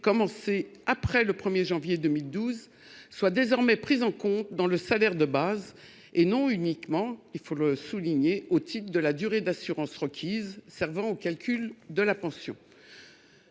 commencés après le 1 janvier 2012 soient désormais prises en compte dans le salaire de base, et non uniquement- il faut le souligner -au titre de la durée d'assurance requise servant au calcul de la pension.